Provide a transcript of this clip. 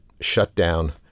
shutdown